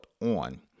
on